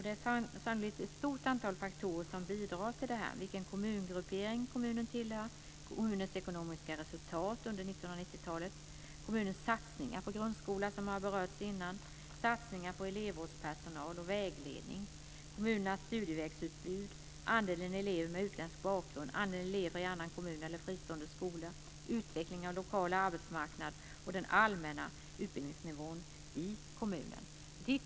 Det är sannolikt ett stort antal faktorer som bidrar till detta, t.ex. vilket kommungruppering kommunen tillhör, kommunens ekonomiska resultat under 1990-talet, kommunens satsningar på grundskola, satsningar på elevvårdspersonal och vägledning, kommunernas studievägsutbud, andelen elever med utländsk bakgrund, andelen elever i annan kommun eller fristående skola, utveckling av lokal arbetsmarknad och den allmänna utbildningsnivån i kommunen.